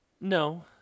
No